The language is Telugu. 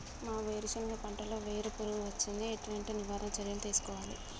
మా వేరుశెనగ పంటలలో వేరు పురుగు వచ్చింది? ఎటువంటి నివారణ చర్యలు తీసుకోవాలే?